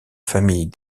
famille